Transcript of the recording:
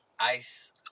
ICE